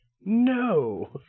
No